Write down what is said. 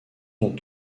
sont